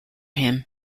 him